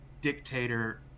dictator